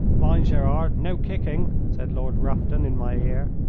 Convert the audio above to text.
mind, gerard, no kicking! said lord rufton in my ear.